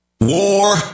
WAR